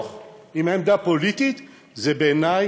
הראשון הוא דמי העבודה, משלמים להם לפי שעה,